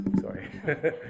sorry